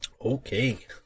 Okay